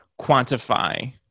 quantify